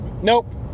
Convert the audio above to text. nope